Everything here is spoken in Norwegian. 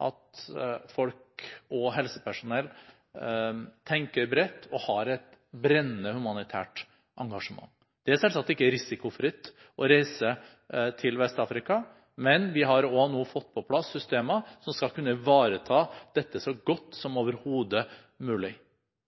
at folk – og helsepersonell – tenker bredt og har et brennende humanitært engasjement. Det er selvsagt ikke risikofritt å reise til Vest-Afrika, men vi har nå fått på plass systemer som skal kunne ivareta dette så godt som overhodet mulig.